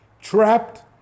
trapped